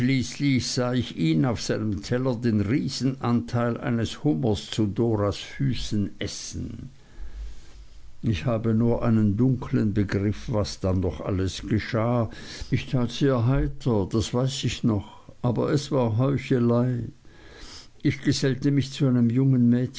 auf seinem teller den riesenanteil eines hummers zu doras füßen essen ich habe nur einen dunkeln begriff was dann noch alles geschah ich tat sehr heiter das weiß ich noch aber es war heuchelei ich gesellte mich zu einem jungen mädchen